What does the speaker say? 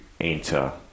enter